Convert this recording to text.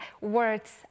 words